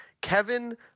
kevin